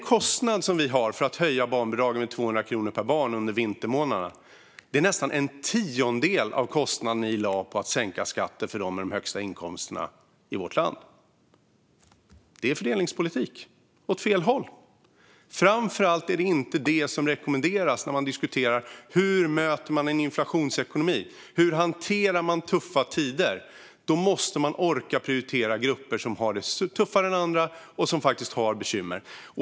Kostnaden för att höja barnbidraget med 200 kronor per barn under vintermånaderna är nästan en tiondel av den kostnad som regeringen lade på att sänka skatten för dem med de högsta inkomsterna i vårt land. Det är fördelningspolitik som går åt fel håll. Framför allt är det inte det som rekommenderas för att möta en inflationsekonomi och hantera tuffa tider. Då måste man orka prioritera grupper som har det tuffare än andra och som faktiskt har bekymmer.